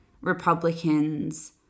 Republicans